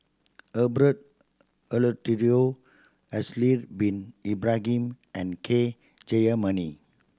Herbert Eleuterio Haslir Bin Ibrahim and K Jayamani